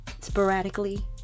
sporadically